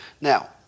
Now